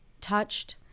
touched